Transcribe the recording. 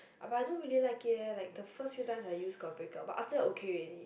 but I don't really like it leh like the first few times I just got break up but after that okay already